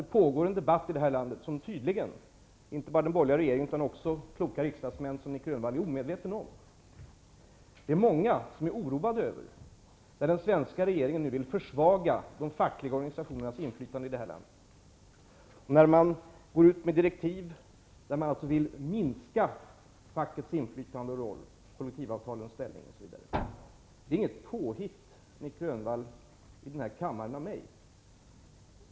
Det pågår en debatt som inte bara den borgerliga regeringen utan också kloka riksdagsmän som Nic Grönvall är omedevetna om. Många är oroade av att den svenska regeringen nu vill försvaga de fackliga organisationernas inflytande här i landet. Regeringen går ut med direktiv enligt vilka man faktiskt vill minska fackets inflytande och roll -- det gäller kollektivavtalens ställning osv. Det är inget påhitt, Nic Grönvall, av mig i denna kammare att sådant förekommer.